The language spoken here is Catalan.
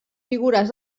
figures